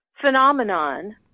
phenomenon